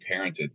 parented